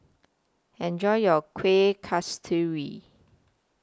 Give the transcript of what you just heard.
Enjoy your Kuih Kasturi